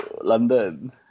London